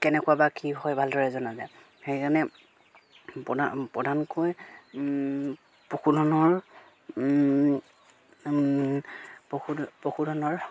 কেনেকুৱা বা কি হয় ভালদৰে জনা যায় সেইকাৰণে প্ৰধান প্ৰধানকৈ পশুধনৰ পশুধনৰ